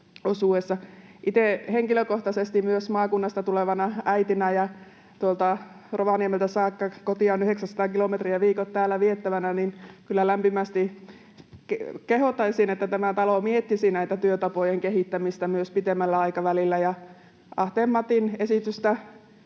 Itse henkilökohtaisesti myös maakunnasta tulevana äitinä, Rovaniemeltä saakka — kotiin on 900 kilometriä, viikot täällä viettävänä — kyllä lämpimästi kehottaisin, että tämä talo miettisi työtapojen kehittämistä myös pitemmällä aikavälillä. Ahteen Matin esitystä